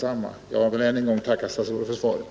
Jag vill ännu en gång tacka statsrådet för svaret.